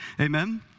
Amen